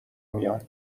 میان